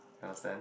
you understand